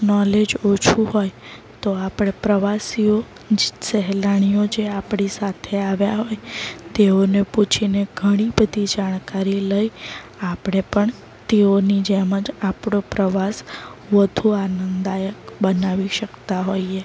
knowledge ઓછું હોય તો આપણે પ્રવાસીઓ સહેલાણીઓ જે આપણી સાથે આવ્યા હોય તેઓને પૂછીને ઘણી બધી જાણકારી લઈ આપણે પણ તેઓની જેમ જ આપણો પ્રવાસ વધુ આનંદદાયક બનાવી શકતા હોઈએ